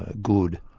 ah good,